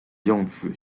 用此